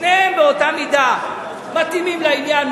שניהם באותה מידה מתאימים לעניין,